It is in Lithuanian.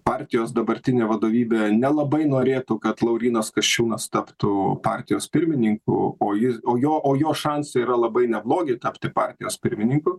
partijos dabartinė vadovybė nelabai norėtų kad laurynas kasčiūnas taptų partijos pirmininku o ji o jo o jo šansai yra labai neblogi tapti partijos pirmininku